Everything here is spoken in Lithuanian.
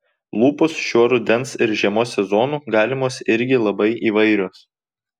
lūpos šiuo rudens ir žiemos sezonu galimos irgi labai įvairios